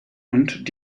und